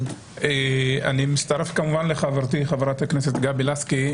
אני מצטרף כמובן לחברתי, חברת הכנסת גבי לסקי,